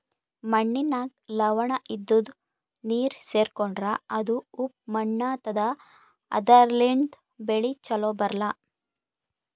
ಮಣ್ಣಿನಾಗ್ ಲವಣ ಇದ್ದಿದು ನೀರ್ ಸೇರ್ಕೊಂಡ್ರಾ ಅದು ಉಪ್ಪ್ ಮಣ್ಣಾತದಾ ಅದರ್ಲಿನ್ಡ್ ಬೆಳಿ ಛಲೋ ಬರ್ಲಾ